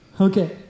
Okay